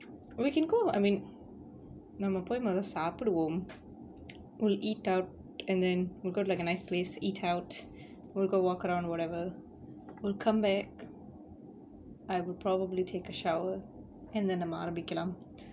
or we can go I mean நம்ம போய் மொத சாப்பிடுவோம்:namma poi modha saappiduvom we'll eat out and then go like a nice place eat out we'll go walk around whatever we'll come back I will probably take a shower and then நம்ம ஆரம்பிக்கலாம்:namma aarambikkalaam